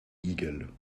igel